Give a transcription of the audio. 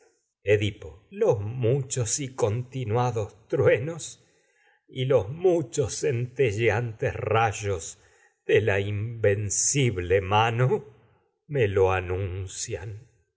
edipo muchos lo muchos y continuados truenos y los centelleantes rayos de la invencible mano teseo me